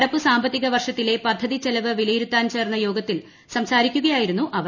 നടപ്പു സാമ്പത്തിക വർഷത്തിലെ പദ്ധതിച്ചെലവ് വിലയിരുത്താൻ ചേർന്ന യോഗത്തിൽ സംസാരിക്കുകയായിരുന്നു അവർ